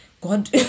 God